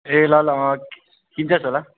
ए ल ल अँ किन्छस् होला